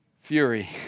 fury